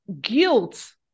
guilt